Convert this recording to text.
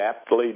aptly